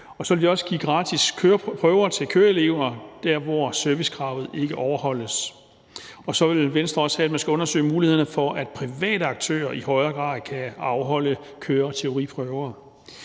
Og så vil man også give gratis prøver til køreelever dér, hvor servicekravet ikke overholdes. Venstre vil også undersøge mulighederne for, at private aktører i højere grad kan afholde køre- og teoriprøver.